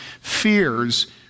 fears